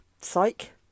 psych